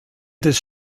des